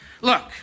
look